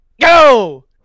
go